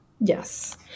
Yes